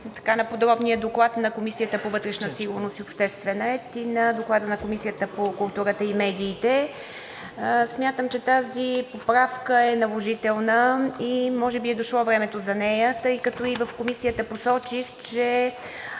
подробния доклад на Комисията по вътрешна сигурност и обществен ред и на Доклада на Комисията по културата и медиите. Смятам, че тази поправка е наложителна и може би е дошло времето за нея, тъй като и в Комисията посочих, че